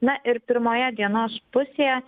na ir pirmoje dienos pusėje